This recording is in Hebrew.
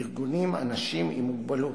ארגונים ואנשים עם מוגבלות.